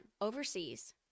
overseas